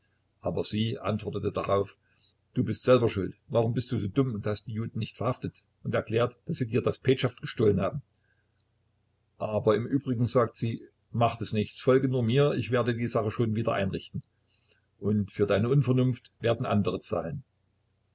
aber sie antwortet darauf du bist selber schuld warum bist du so dumm und hast die juden nicht verhaftet und erklärt daß sie dir das petschaft gestohlen haben aber im übrigen sagt sie macht es nichts folge nur mir ich werde die sache schon wieder einrichten und für deine unvernunft werden andere zahlen